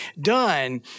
done